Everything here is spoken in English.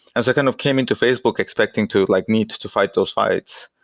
as i kind of came into facebook expecting to like need to fight those fights,